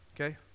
okay